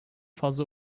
fazla